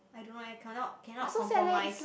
I don't know eh cannot cannot compromise